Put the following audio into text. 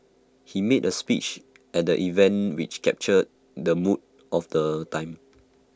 he made A speech at the event which captured the mood of the time